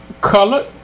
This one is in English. colored